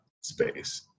space